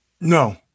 No